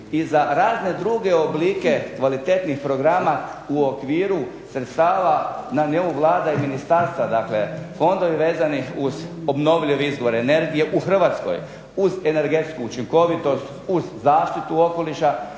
i razne druge oblike kvalitetnih programa u okviru sredstava na nivou Vlada i ministarstva. Dakle, fondovi vezani uz obnovljiv izvor energije u Hrvatskoj uz energetsku učinkovitost, uz zaštitu okoliša